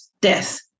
death